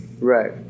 Right